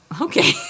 Okay